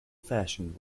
fashioned